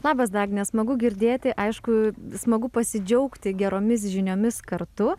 labas dagne smagu girdėti aišku smagu pasidžiaugti geromis žiniomis kartu